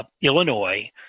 Illinois